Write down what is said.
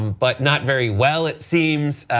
um but not very well it seems.